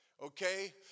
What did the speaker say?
Okay